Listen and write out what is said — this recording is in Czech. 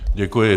Děkuji.